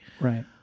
right